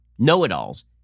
know-it-alls